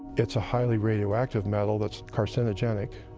it's a highly radioactive metal that's carcinogenic,